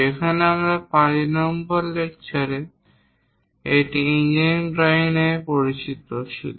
যেখানে আমরা 5 নম্বর লেকচারে এটি ইঞ্জিনিয়ারিং ড্রয়িং পরিচিত ছিল